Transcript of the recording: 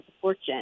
fortune